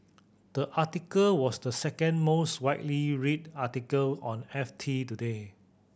the article was the second most widely read article on F T today